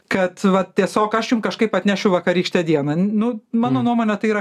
kad va tiesiog aš jum kažkaip atnešiu vakarykštę dieną nu mano nuomone tai yra